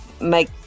make